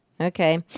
Okay